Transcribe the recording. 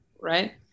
right